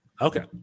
Okay